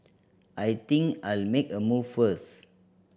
I think I'll make a move first